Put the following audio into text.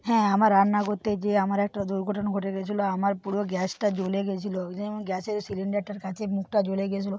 হ্যাঁ আমার রান্না করতে গিয়ে আমার একটা দুর্ঘটনা ঘটে গেছিলো আমার পুরো গ্যাসটা জ্বলে গেছিলো ওই আমার গ্যাসের সিলিন্ডারটার কাছে মুখটা জ্বলে গেছিলো